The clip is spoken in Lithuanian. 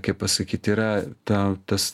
kaip pasakyt yra ta tas